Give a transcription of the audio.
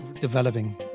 developing